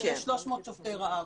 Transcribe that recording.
שיש 300 שובי רעב.